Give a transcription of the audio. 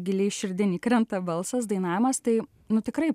giliai širdin įkrenta balsas dainavimas tai nu tikrai